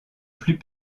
plus